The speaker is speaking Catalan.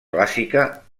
clàssica